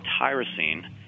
tyrosine